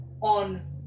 on